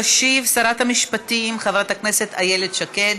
תשיב שרת המשפטים חברת הכנסת איילת שקד.